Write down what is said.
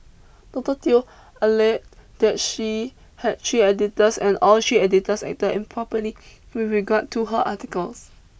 Doctor Teo alleged that she had three editors and all three editors acted improperly with regard to her articles